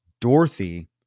Dorothy